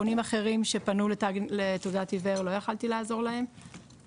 פונים אחרים שפנו לתעודת עיוור לא יכלתי לעזור להם,